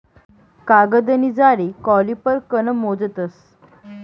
कागदनी जाडी कॉलिपर कन मोजतस